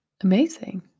amazing